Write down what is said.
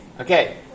Okay